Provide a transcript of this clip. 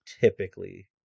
typically